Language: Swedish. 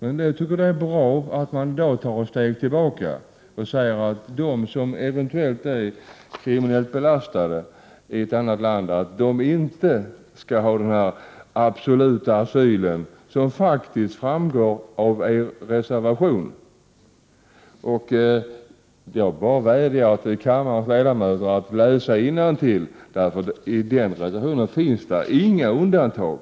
En del tycker att det är bra att man i dag tar ett steg tillbaka och säger att de flyktingar som eventuellt är kriminellt belastade i ett annat land inte skall få absolut asyl. Av miljöpartiets reservation framgår det att asylen skall vara absolut. Jag vädjar till kammarens ledamöter att läsa innantill, för i den reservationen finns det inga undantag.